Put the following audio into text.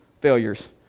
failures